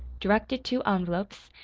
directed two envelopes,